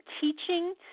teaching